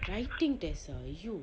writing test ah !aiyo!